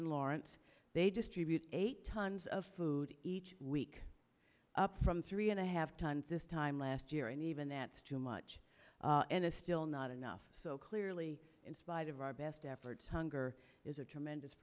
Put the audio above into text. in lawrence they distribute eight tons of food each week up from three and a half times this time last year and even that's too much and is still not enough so clearly in spite of our best efforts hunger is a tremendous